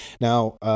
Now